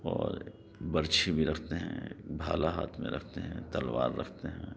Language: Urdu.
اور برچھی بھی رکھتے ہیں بھالا ہاتھ میں رکھتے ہیں تلوار رکھتے ہیں